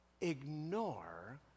ignore